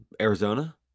Arizona